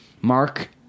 Mark